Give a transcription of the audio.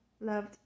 loved